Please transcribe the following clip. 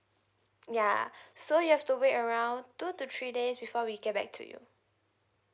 ya so you have to wait around two to three days before we get back to you